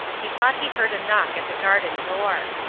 he thought he heard a knock at the garden door.